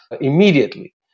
immediately